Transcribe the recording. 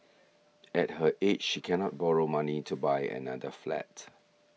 at her age she cannot borrow money to buy another flat